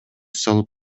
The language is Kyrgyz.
салып